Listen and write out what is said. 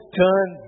turn